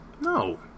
No